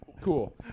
Cool